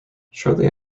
shortly